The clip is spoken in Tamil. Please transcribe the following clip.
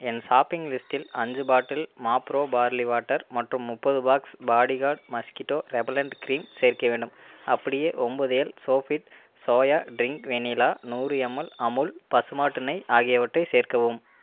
என் ஷாப்பிங் லிஸ்டில் அஞ்சு பாட்டில் மாப்ரோ பார்லி வாட்டர் மற்றும் முப்பது box bodyguard mosquito repellent cream சேர்க்க வேண்டும் அப்படியே ஒம்பது L Sofit soya drink vanilla நூறு எம்எல் அமுல் பசுமாட்டு நெய் ஆகியவற்றையும் சேர்க்கவும்